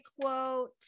quote